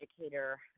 educator